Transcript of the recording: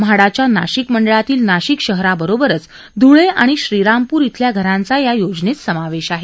म्हाडाच्या नाशिक मंडळातील नाशिक शहराबरोबरच धुळे आणि श्रीरामपूर शिल्या घरांचा या योजनेत समावेश आहे